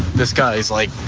this guy's like,